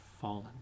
fallen